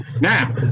Now